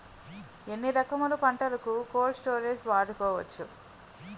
ఎన్ని రకములు పంటలకు కోల్డ్ స్టోరేజ్ వాడుకోవచ్చు?